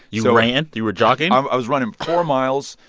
you ran? you were jogging. um i was running four miles.